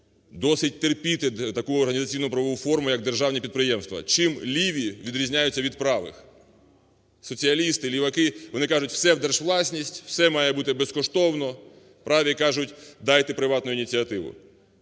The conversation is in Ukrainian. досить терпіти таку організаційно-правову форму як державні підприємства. Чим ліві відрізняються від правих? Соціалісти, ліваки вони кажуть: все в держвласність, все має бути безкоштовно. Праві кажуть: дайте приватну ініціативу,